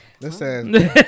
Listen